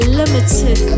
limited